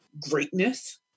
greatness